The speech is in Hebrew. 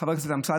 חבר הכנסת אמסלם,